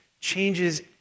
changes